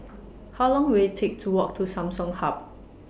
How Long Will IT Take to Walk to Samsung Hub